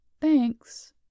Thanks